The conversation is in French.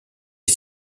est